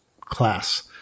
class